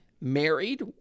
Married